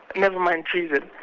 never mind treason.